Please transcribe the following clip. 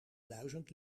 duizend